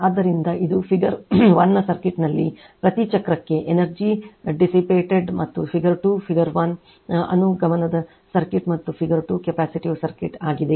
ಆದ್ದರಿಂದ ಇದು ಫಿಗರ್ 1 ರ ಸರ್ಕ್ಯೂಟ್ನಲ್ಲಿ ಪ್ರತಿ ಚಕ್ರಕ್ಕೆ ಎನರ್ಜಿ ಡಿಸಿಪಿ ಟೆಡ್ ಮತ್ತು ಫಿಗರ್ 2 ಫಿಗರ್ 1 ಅನುಗಮನದ ಸರ್ಕ್ಯೂಟ್ ಮತ್ತು ಫಿಗರ್ 2 ಕೆಪ್ಯಾಸಿಟಿವ್ ಸರ್ಕ್ಯೂಟ್ ಆಗಿದೆ